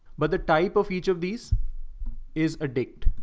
but the type of each of these is addict.